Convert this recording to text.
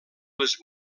les